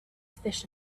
fish